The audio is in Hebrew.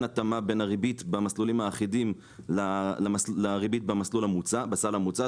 התאמה בין הריבית במסלולים האחידים לריבית בסל המוצע.